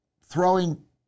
throwing